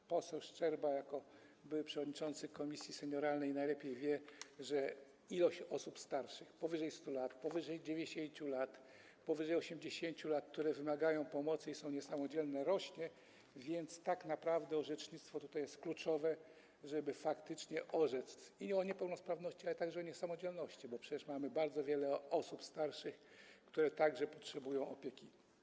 Pan poseł Szczerba jako były przewodniczący komisji senioralnej najlepiej wie, że liczba osób starszych, osób powyżej 100. roku życia, powyżej 90. roku życia, powyżej 80. roku życia, które wymagają pomocy i są niesamodzielne, rośnie, więc tak naprawdę orzecznictwo tutaj jest kluczowe, żeby faktycznie orzec o niepełnosprawności, a także o niesamodzielności, bo przecież mamy bardzo wiele osób starszych, które także potrzebują opieki.